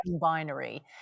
binary